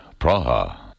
Praha